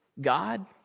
God